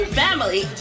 family